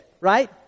right